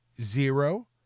zero